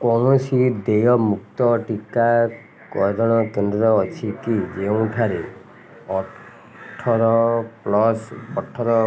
କୌଣସି ଦେୟଯୁକ୍ତ ଟିକାକରଣ କେନ୍ଦ୍ର ଅଛି କି ଯେଉଁଠାରେ ଅଠର ପ୍ଲସ୍ ଅଠର